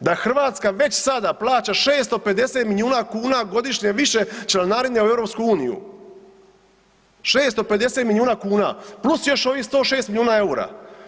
da Hrvatska već sada plaća 650 milijuna kuna godišnje više članarine u EU, 650 milijuna kuna plus još ovih 106 milijuna EUR-a.